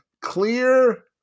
clear